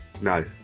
No